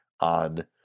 on